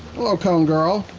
hello cone girl.